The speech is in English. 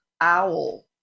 owl